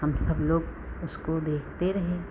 हम सब लोग उसको देखते रहे